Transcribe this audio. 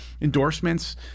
endorsements